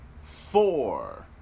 four